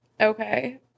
Okay